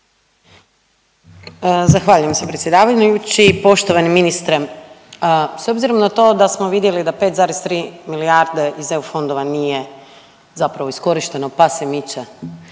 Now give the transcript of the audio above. Zahvaljujem se predsjedavajući. Poštovani ministre, s obzirom na to da smo vidjeli da 5,3 milijarde iz EU fondova nije zapravo iskorišteno pa se miče